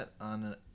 on